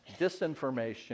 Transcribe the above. disinformation